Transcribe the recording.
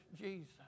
Jesus